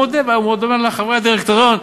והוא מודה לחברי הדירקטוריון.